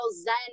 Zen